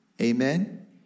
Amen